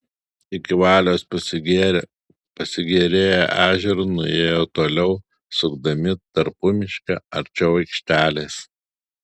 iki valios pasigėrėję ežeru nuėjo toliau sukdami tarpumiške arčiau aikštelės